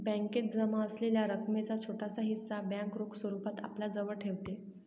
बॅकेत जमा असलेल्या रकमेचा छोटासा हिस्सा बँक रोख स्वरूपात आपल्याजवळ ठेवते